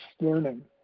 learning